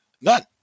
None